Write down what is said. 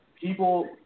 people